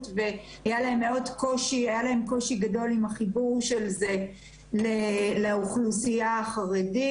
והיה להם קושי גדול עם החיבור של זה לאוכלוסייה החרדית.